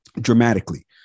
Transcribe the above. dramatically